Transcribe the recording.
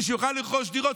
כדי שיוכל לרכוש דירות,